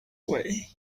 way